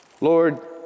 Lord